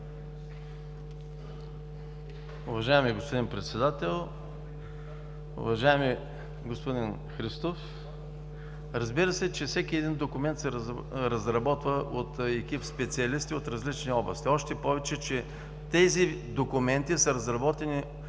Уважаеми господин Председател, уважаеми господин Христов! Разбира се, че всеки документ се разработва от екип специалисти от различни области. Още повече че тези документи са разработени